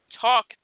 talk